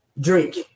drink